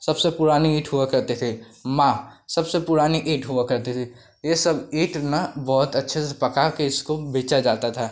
सबसे पुरानी ईंट हुआ करती थी माँ सबसे पुरानी ईंट हुआ करती थी ये सब ईंट ना बहुत अच्छे से पकाकर इसको बेचा जाता था